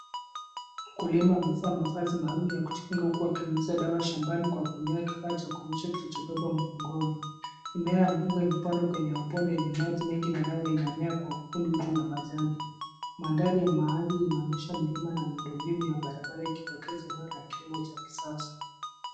Mkulima amevaa mavazi maalum ya kujikinga huku akinyunyizia dawa shambani kwa kutumia kifaa cha kunyunyizia kilichobebwa mgongoni. Mimea ya mpunga imepandwa kwenye maji mengi na dawa inaenea kwa ukindu juu ya majani. Mandhari inaonyesha barabara na miundombinu ulidokeza kilimo cha kisasa.